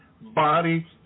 body